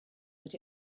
that